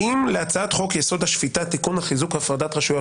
האם להצעת חוק-יסוד: השפיטה (תיקון חיזוק הפרדת רשויות),